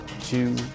two